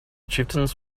chieftains